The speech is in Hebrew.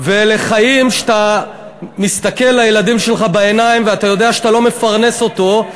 אלה חיים שאתה מסתכל לילד שלך בעיניים ואתה יודע שאתה לא מפרנס אותו.